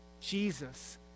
Jesus